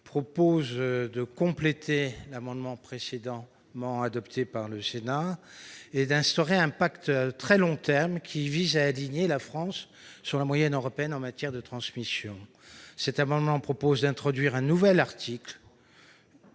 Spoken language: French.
propose de compléter l'amendement précédemment adopté par le Sénat et d'instaurer un pacte de très long terme, qui vise à aligner la France sur la moyenne européenne en matière de transmission. L'amendement tend à introduire un nouvel article